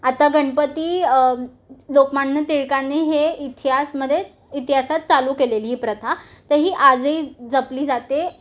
आता गणपती लोकमान्य टिळकाने हे इतिहासामध्ये इतिहासात चालू केलेली ही प्रथा तर ही आजही जपली जाते